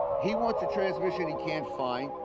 he wants a transmission he can't find.